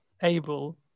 able